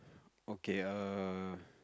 okay err